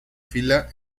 fila